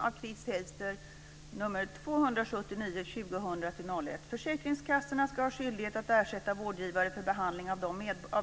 Fru talman! Så här står det i motionen av Chris "Försäkringskassorna skall ha skyldighet att ersätta vårdgivare för behandling av de